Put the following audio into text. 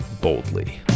boldly